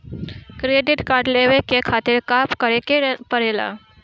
Credit card लेवे के खातिर का करेके पड़ेला?